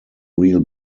reel